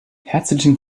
herzlichen